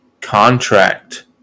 contract